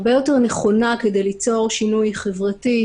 הרבה יותר נכונה כדי ליצור שינוי חברתי,